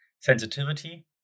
sensitivity